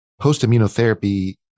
post-immunotherapy